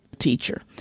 teacher